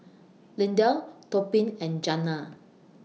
Lindell Tobin and Janna